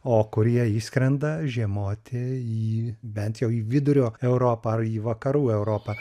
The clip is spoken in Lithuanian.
o kurie išskrenda žiemoti į bent jau į vidurio europą ar į vakarų europą